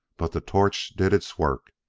but the torch did its work,